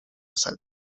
asalto